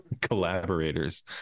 collaborators